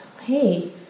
hey